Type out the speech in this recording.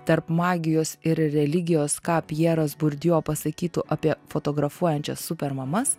tarp magijos ir religijos ką pjeras burdjo pasakytų apie fotografuojančias super mamas